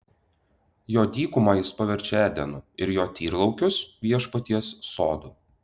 jo dykumą jis paverčia edenu ir jo tyrlaukius viešpaties sodu